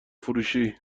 فروشی